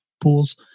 pools